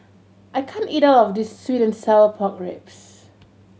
I can't eat all of this sweet and sour pork ribs